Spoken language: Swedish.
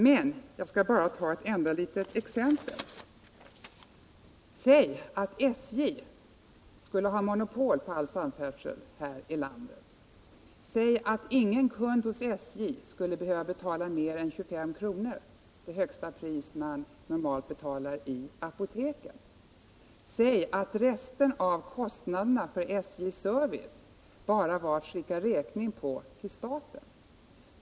Men låt mig ta ett enda litet exempel. Låt mig säga att SJ skulle ha monopol på all samfärdsel här i landet såsom Apoteksbolaget har på detaljhandeln med läkemedel, att ingen kund hos SJ skulle behöva betala mer än 25 kr. — det högsta pris man normalt betalar i apoteken — och att resten av kostnaderna för SJ:s service kunde man bara skicka räkning på till staten.